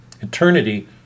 eternity